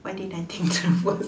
why didn't I think through